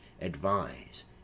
Advise